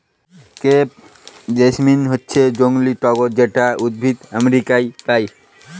crepe jasmine হচ্ছে জংলী টগর যেটা উদ্ভিদ আমেরিকায় পায়